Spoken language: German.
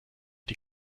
die